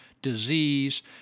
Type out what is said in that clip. Disease